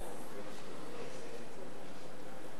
111)